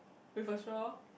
with a straw